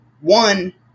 one